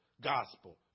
gospel